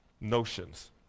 notions